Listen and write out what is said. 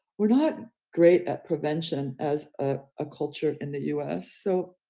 we're not great at prevention as a ah culture in the us so,